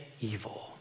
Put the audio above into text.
evil